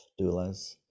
doulas